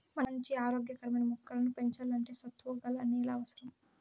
మంచి ఆరోగ్య కరమైన మొక్కలను పెంచల్లంటే సత్తువ గల నేల అవసరం